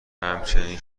همچنین